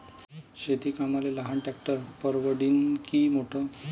शेती कामाले लहान ट्रॅक्टर परवडीनं की मोठं?